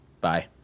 Bye